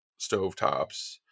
stovetops